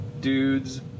dudes